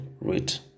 rate